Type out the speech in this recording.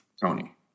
Tony